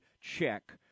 check